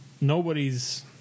Nobody's